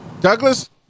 Douglas